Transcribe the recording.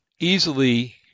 easily